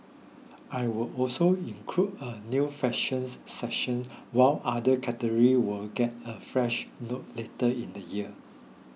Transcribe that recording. will also include a new fashions section while other categories will get a fresh look later in the year